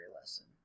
lesson